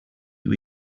you